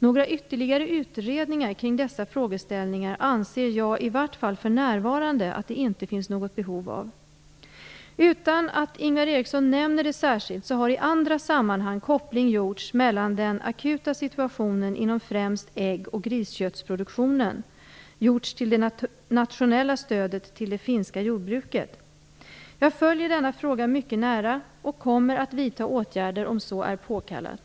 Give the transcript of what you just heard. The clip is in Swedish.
Några ytterligare utredningar kring dessa frågeställningar anser jag åtminstone för närvarande inte att det finns något behov av. Utan att Ingvar Eriksson nämner det särskilt, vill jag säga att det i andra sammanhang gjorts en koppling mellan den akuta situationen inom främst ägg och grisköttsproduktionen till det nationella stödet till det finska jordbruket. Jag följer denna fråga mycket nära, och kommer att vidta åtgärder om så är påkallat.